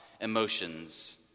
emotions